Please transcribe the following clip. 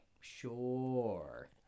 Sure